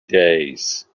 days